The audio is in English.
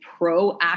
proactive